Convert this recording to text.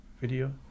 video